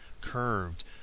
curved